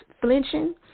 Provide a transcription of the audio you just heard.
flinching